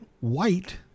white